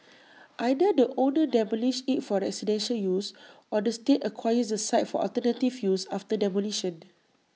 either the owner demolishes IT for residential use or the state acquires the site for alternative use after demolition